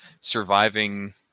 surviving